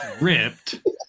ripped